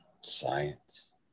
Science